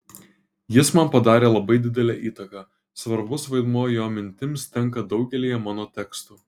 jis man padarė labai didelę įtaką svarbus vaidmuo jo mintims tenka daugelyje mano tekstų